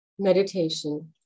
Meditation